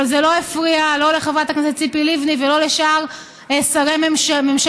אבל זה לא הפריע לא לחברת הכנסת ציפי לבני ולא לשאר שרי ממשלתו